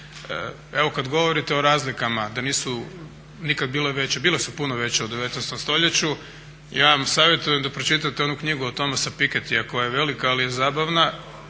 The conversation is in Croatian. Evo kada govorite o razlikama da nikada nisu bile veće, bile su puno veće u 19.stoljeću. ja vam savjetujem da pročitate onu knjigu o Thomasa Pikettya koja je velika ali je zabavna,